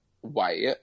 white